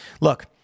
Look